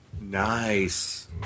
Nice